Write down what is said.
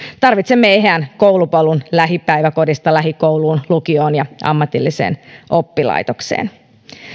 tarvitsemme eheän koulupolun lähipäiväkodista lähikouluun lukioon ja ammatilliseen oppilaitokseen